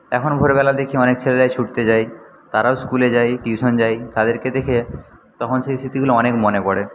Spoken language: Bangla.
এখনও ভোরবেলা দেখি অনেক ছেলেরাই ছুটতে যায় তারাও স্কুলে যায় টিউশন যায় তাদেরকে দেখে তখন সেই স্মৃতিগুলো অনেক মনে পরে